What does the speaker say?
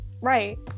Right